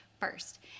First